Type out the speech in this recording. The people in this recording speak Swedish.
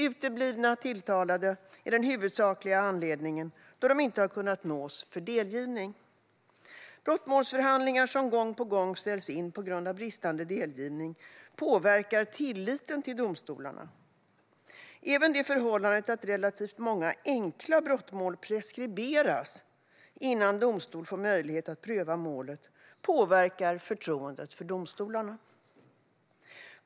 Uteblivna tilltalade är den huvudsakliga anledningen, då de inte har kunnat nås för delgivning. Brottmålsförhandlingar som gång på gång ställs in på grund av bristande delgivning påverkar tilliten till domstolarna. Även förhållandet att relativt många enkla brottmål preskriberas innan domstol får möjlighet att pröva målet påverkar förtroendet för domstolarna.